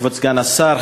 כבוד סגן השר,